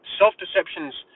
self-deception's